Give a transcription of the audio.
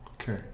Okay